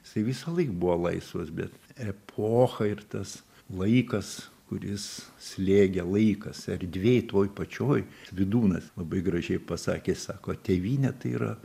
jisai visąlaik buvo laisvas bet epocha ir tas laikas kuris slėgė laikas erdvėj toj pačioj vidūnas labai gražiai pasakė sako tėvynė tai yra